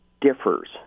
differs